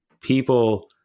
people